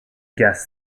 gas